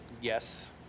yes